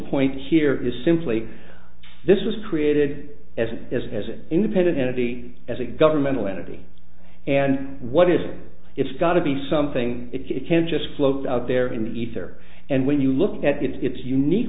point here is simply this was created as it is as an independent entity as a governmental entity and what is it it's got to be something it can't just float out there in the ether and when you look at it it's unique